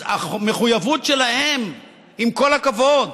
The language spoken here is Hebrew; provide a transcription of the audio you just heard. המחויבות שלהם, עם כל הכבוד,